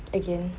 again